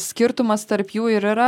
skirtumas tarp jų ir yra